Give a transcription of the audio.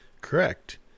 Correct